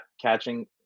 catching